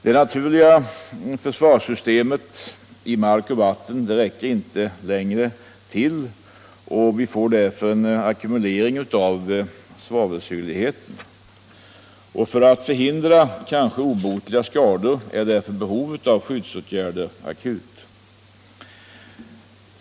Det naturliga försvars Om åtgärder mot systemet i mark och vatten räcker inte längre till, och vi får därför en = försurning av sjöar ackumulering av svavelsyrligheten. För att förhindra kanske obotliga skador — och åar är behovet av skyddsåtgärder därför akut.